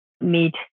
meet